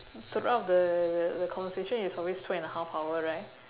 throughout the the conversation is always two and a half hour right